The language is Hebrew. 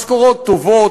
משכורות טובות,